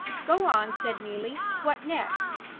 go on, said neelie. what next?